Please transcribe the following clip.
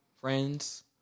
friends